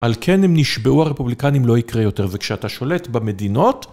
על כן הם נשבעו הרפובליקנים לא יקרה יותר, וכשאתה שולט במדינות...